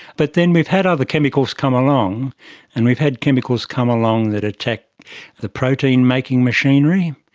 but then we've had other chemicals come along and we've had chemicals come along that attack the protein making machinery,